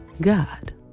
God